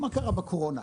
מה קרה בקורונה?